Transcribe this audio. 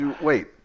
Wait